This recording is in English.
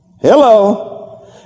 Hello